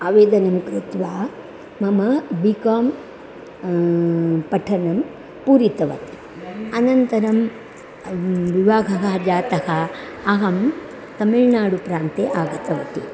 आवेदनं कृत्वा मम बिकां पठनं पूरितवती अनन्तरं विवाहः जातः अहं तमिळ्नाडुप्रान्ते आगतवती